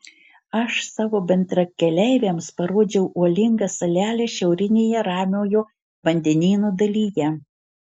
aš savo bendrakeleiviams parodžiau uolingą salelę šiaurinėje ramiojo vandenyno dalyje